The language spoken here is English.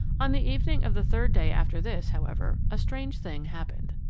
on the evening of the third day after this, however, a strange thing happened.